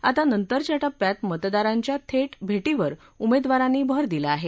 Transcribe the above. आता नंतरच्या टप्प्यात मतदारांच्या थेट भेटीवर उमेदवारांनी भर दिला आहे